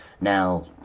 Now